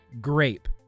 grape